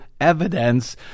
evidence